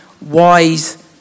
wise